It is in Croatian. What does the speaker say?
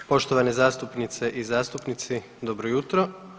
Poštovane zastupnice i zastupnici, dobro jutro.